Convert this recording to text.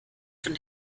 von